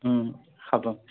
হ'ব